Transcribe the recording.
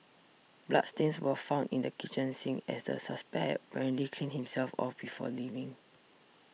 bloodstains were found in the kitchen sink as the suspect had apparently cleaned himself off before leaving